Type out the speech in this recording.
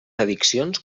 addiccions